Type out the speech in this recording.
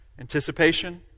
Anticipation